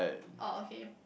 orh okay